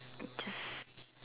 just